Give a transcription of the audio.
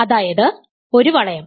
അതായത് ഒരു വളയം